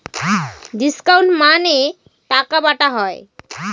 discount মানে টাকা বাটা হয়